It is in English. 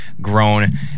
Grown